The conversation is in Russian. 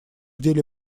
деле